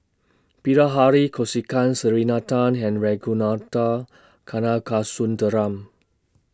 Bilahari Kausikan Selena Tan and Ragunathar Kanagasuntheram